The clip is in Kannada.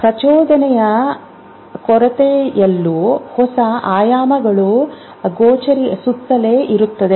ಪ್ರಚೋದನೆಯ ಕೊರತೆಯಲ್ಲೂ ಹೊಸ ಆಯಾಮಗಳು ಗೋಚರಿಸುತ್ತಲೇ ಇರುತ್ತವೆ